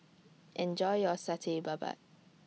Enjoy your Satay Babat